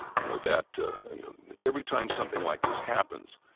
you know, that every time something like this happens,